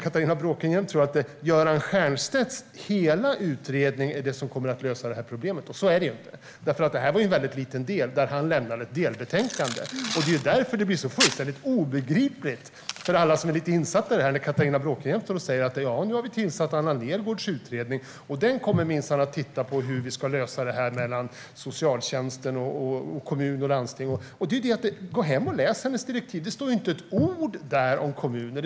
Catharina Bråkenhielm verkar tro att Göran Stiernstedts hela utredning kommer att lösa det problemet. Så är det inte. Det här var nämligen en väldigt liten del där han lämnade ett delbetänkande. Det blir därför fullständigt obegripligt, för alla som är lite insatta i det här, när Catharina Bråkenhielm säger att man har tillsatt Anna Nergårdh för att utreda hur vi ska lösa det här mellan socialtjänst och kommuner och landsting. Gå hem och läs hennes direktiv! Det står inte ett ord om kommuner där.